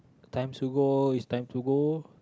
times to go it's time to go